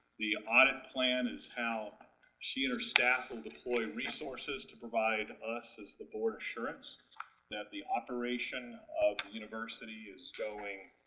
the audit plan is how she and her staff will deploy resources to provide us, as the board, with assurance that the operation of the university is going.